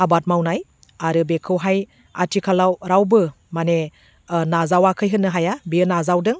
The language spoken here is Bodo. आबाद मावनाय आरो बेखौहाय आथिखालाव रावबो माने नाजावाखै होननो हाया बेयो नाजावदों